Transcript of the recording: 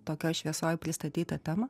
tokioj šviesoj pristatei tą temą